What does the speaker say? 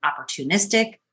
opportunistic